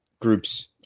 groups